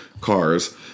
cars